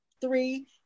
three